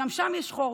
גם שם יש חור,